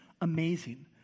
amazing